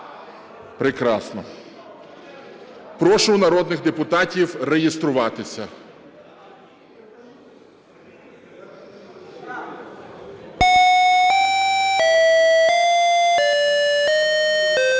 Прекрасно. Прошу народних депутатів реєструватися. 14:01:19 В залі